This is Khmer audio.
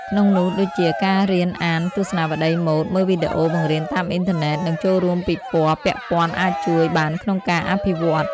ក្នុងនោះដូចជា ការរៀនអានទស្សនាវដ្តីម៉ូដ មើលវីដេអូបង្រៀនតាមអ៊ីនធឺណិត និងចូលរួមពិព័រណ៍ពាក់ព័ន្ធអាចជួយបានក្នុងការអភិវឌ្ឍន៍។